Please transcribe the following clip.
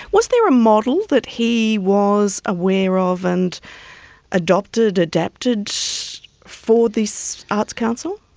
was there a model that he was aware of and adopted, adapted for this arts council?